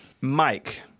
Mike